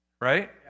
Right